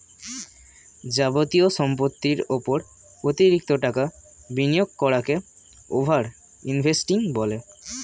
যাবতীয় সম্পত্তির উপর অতিরিক্ত টাকা বিনিয়োগ করাকে ওভার ইনভেস্টিং বলে